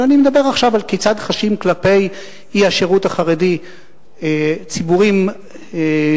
אבל אני מדבר עכשיו על כיצד חשים כלפי האי-שירות החרדי ציבורים גדולים.